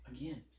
Again